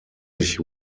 sich